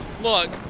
look